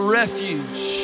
refuge